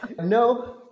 No